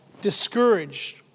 discouraged